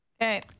Okay